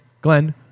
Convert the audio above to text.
Glenn